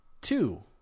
two